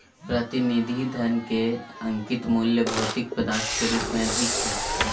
प्रतिनिधि धन के अंकित मूल्य भौतिक पदार्थ के रूप में अधिक हइ